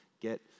get